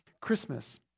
Christmas